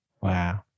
Wow